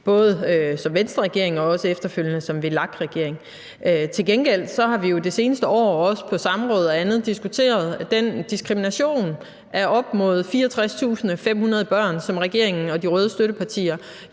både som Venstreregering og også efterfølgende som VLAK-regering. Til gengæld har vi jo det seneste år og også på samråd og andet diskuteret den diskrimination af op mod 64.500 børn, som regeringen og de røde støttepartier